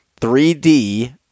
3d